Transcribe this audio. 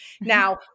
Now